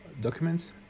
documents